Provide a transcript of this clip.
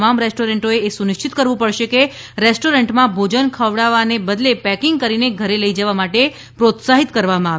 તમામ રેસ્ટોરન્ટોએ એ સુનિશ્ચિત કરવું પડશે કે રેસ્ટોરન્ટમાં ભોજન ખવડાવવાને બદલે પેકીંગ કરીને ઘરે લઇ જવા માટે પ્રોત્સાહિત કરવામાં આવે